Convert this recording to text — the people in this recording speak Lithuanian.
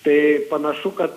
tai panašu kad